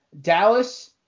Dallas